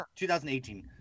2018